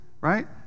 right